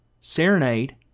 Serenade